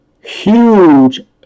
huge